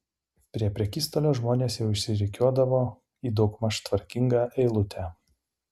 prie prekystalio žmonės jau išsirikiuodavo į daugmaž tvarkingą eilutę